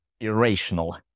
irrational